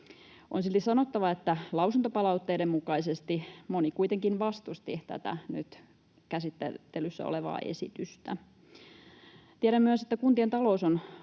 On silti sanottava, että lausuntopalautteiden mukaisesti moni kuitenkin vastusti tätä nyt käsittelyssä olevaa esitystä. Tiedän myös, että kuntien talous on